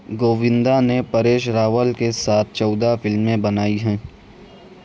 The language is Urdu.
گووندا نے پریش راول کے ساتھ چودہ فلمیں بنائی ہیں